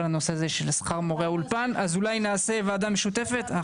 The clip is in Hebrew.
שכר מורי האולפן אז אולי נעשה ועדה משותפת.